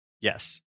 Yes